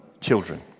children